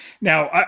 Now